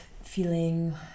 feeling